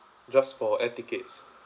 just for air tickets